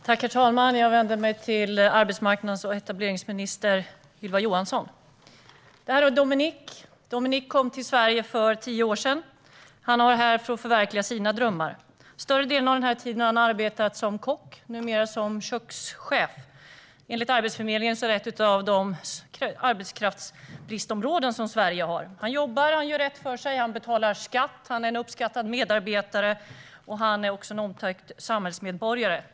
Herr talman! Jag vänder mig till arbetsmarknads och etableringsminister Ylva Johansson. Tidningen jag nu håller upp visar en bild på Dominic. Han kom till Sverige för tio år sedan. Dominic har varit här för att förverkliga sina drömmar. Större delen av denna tid har han arbetat som kock, numera som kökschef. Enligt Arbetsförmedlingen är detta ett av de arbetskraftsbristområden som finns i Sverige. Dominic jobbar, gör rätt för sig och betalar skatt. Han är en uppskattad medarbetare och även en omtyckt samhällsmedborgare.